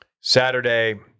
Saturday